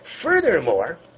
Furthermore